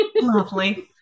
lovely